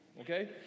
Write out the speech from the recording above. okay